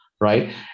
right